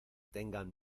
tengan